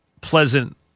pleasant